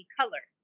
color